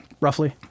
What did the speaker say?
roughly